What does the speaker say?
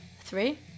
Three